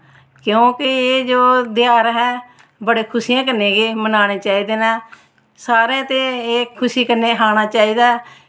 क्योंकि एह् जो तेहार ऐ बड़ी खुशियें कन्नै गै मनान्ने चाहिदे न सारें ते एह् खुशी कन्नै खाना चाहिदा ऐ